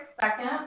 second